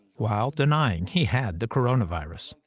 while denying he had the coronavirus.